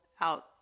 out